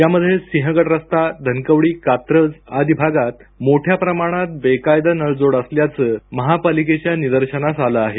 यामध्ये सिंहगड रस्ता धनकवडी कात्रज आदी भागात मोठ्या प्रमाणात बेकायदा नळजोड असल्याचं महापालिकेच्या निदर्शनास आलं आहे